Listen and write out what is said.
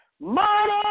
Money